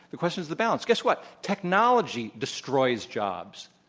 the question is the balance. guess what? technology destroys jobs.